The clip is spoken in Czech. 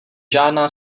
žádná